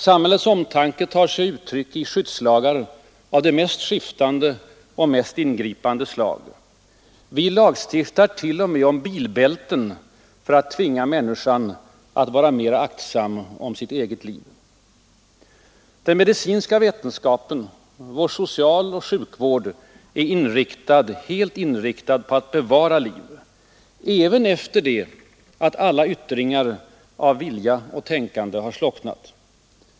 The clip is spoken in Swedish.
Samhällets omtanke tar sig uttryck i skyddslagar av det mest skiftande och ingripande slag. Vi lagstiftar t.o.m. om bilbälten för att tvinga människan att vara mer aktsam om sitt eget liv. Den medicinska vetenskapen, vår socialoch sjukvård är helt inriktade på att bevara liv, även efter det att alla yttringar av vilja och tänkande har slocknat.